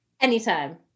Anytime